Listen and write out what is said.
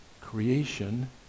creation